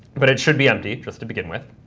but it should be empty just to begin with.